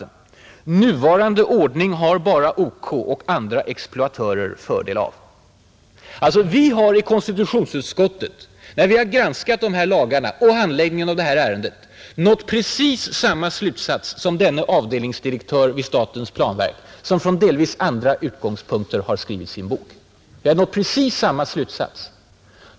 Nuvarande ordning har bara OK och andra exploatörer fördel av.” Vi har alltså i konstitutionsutskottet, när vi har granskat dessa lagar — Nr 87 och handläggningen av det här ärendet, nått precis samma slutsats som Fredagen den denne avdelningsdirektör vid statens planverk, som från delvis andra 14 maj 1971 utgångspunkter har skrivit sin bok.